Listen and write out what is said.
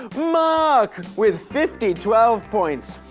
mark! with fifty-twelve points.